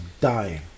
dying